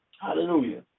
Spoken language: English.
Hallelujah